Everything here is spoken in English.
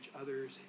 others